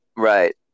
right